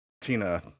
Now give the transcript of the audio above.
Tina